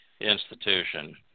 institution